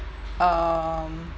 um